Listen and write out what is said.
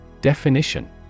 Definition